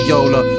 Yola